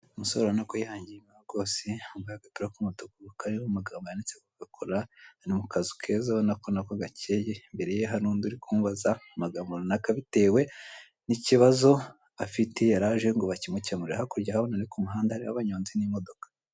Umusore ubonako yihangiye imirimo rwose yambaye agapira k'umutuku, kareba umugabo yanditse kokakola, ari mu kazu keza urabona ko gakeye mbere ye hari undi uri kumubaza amagambo runaka, bitewe n'ikibazo afite yaraje ngo bakimukemurire. Hakurya urahabona ni ku muhanda hariho abanyonzi n'imodoka.